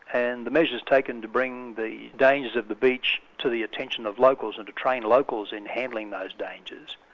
and the measures taken to bring the dangers of the beach to the attention of locals and to train locals in handling those dangers,